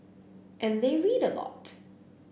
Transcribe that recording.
and they read a lot